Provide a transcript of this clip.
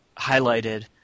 highlighted –